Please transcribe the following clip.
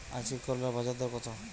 আজকে করলার বাজারদর কত?